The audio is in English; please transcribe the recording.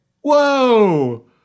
Whoa